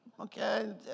Okay